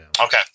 Okay